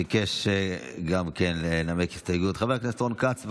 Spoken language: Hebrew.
ביקש לנמק הסתייגות חבר הכנסת רון כץ.